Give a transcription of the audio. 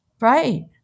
Right